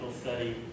study